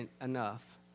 enough